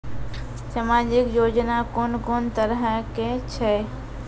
समाजिक योजना कून कून तरहक छै?